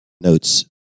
notes